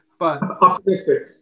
optimistic